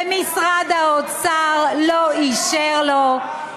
ומשרד האוצר לא אישר לו,